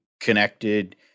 connected